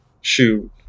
shoot